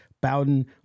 Bowden